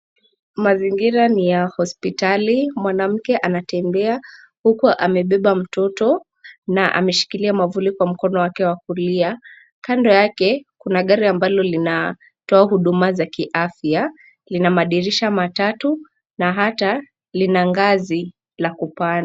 Mazingira ni ya hosipitali. Mwanamke anatembea huku amebeba mtoto na ameshikilia mwavuli kwa mkono wake wa kulia. Kando yake, kuna gari amabalo linatoa huduma za kiafya, linamadirisha matatu na hata lina ngazi la kupanda.